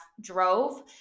drove